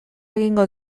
egingo